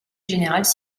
générale